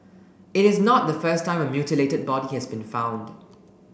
it is not the first time a mutilated body has been found